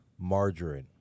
Margarine